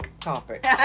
topic